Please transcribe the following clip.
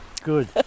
Good